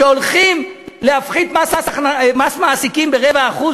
הפחתה של מס מעסיקים ב-0.25%,